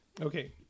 Okay